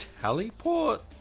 teleport